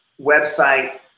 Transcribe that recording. website